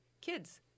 Kids